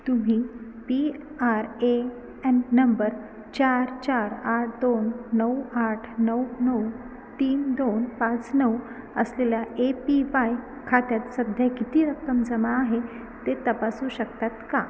तुम्ही P R A N number चार चार आठ दोन नऊ आठ नऊ नऊ तीन दोन पाच नऊ असलेल्या ए पी वाय खात्यात सध्या किती रक्कम जमा आहे ते तपासू शकतात का